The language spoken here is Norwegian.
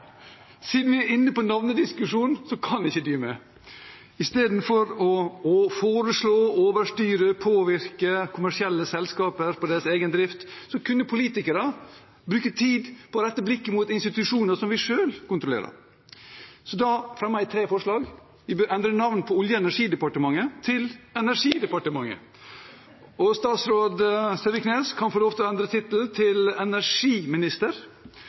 siden vi er inne i en navnediskusjon, kan jeg ikke dy meg. Istedenfor å foreslå å overstyre og påvirke kommersielle selskaper på deres egen drift, kunne politikere bruke tid på å rette blikket mot institusjoner som vi selv kontrollerer. Så da fremmer jeg tre forslag: Vi bør endre navnet på Olje- og energidepartementet til Energidepartementet. Og statsråd Søviknes kan få lov til å endre tittel til energiminister.